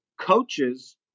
coaches